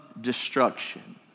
destruction